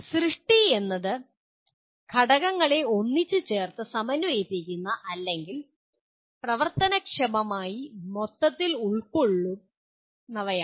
സൃഷ്ടി എന്നത് ഘടകങ്ങളെ ഒന്നിച്ച് ചേർത്ത് സമന്വയിപ്പിക്കുന്ന അല്ലെങ്കിൽ പ്രവർത്തനക്ഷമമായി മൊത്തത്തിൽ ഉൾക്കൊള്ളുക്കുന്നതാണ്